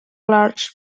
large